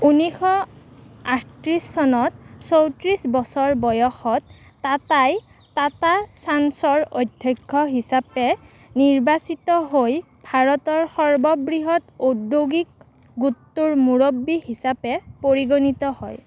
ঊনৈশশ আঠত্ৰিছ চনত চৌত্ৰিছ বছৰ বয়সত টাটাই টাটা চান্চৰ অধ্যক্ষ হিচাপে নিৰ্বাচিত হৈ ভাৰতৰ সৰ্ববৃহৎ ঔদ্যোগিক গোটটোৰ মুৰব্বী হিচাপে পৰিগণিত হয়